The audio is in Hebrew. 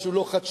משהו לא חדשני.